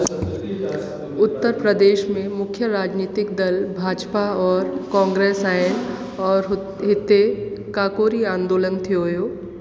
उत्तर प्रदेश में मुख्य राजनीतिक दल भाजपा और कॉग्रेस आहे और हू हिते काकोरी आंदोलन थियो हुयो